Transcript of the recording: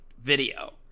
video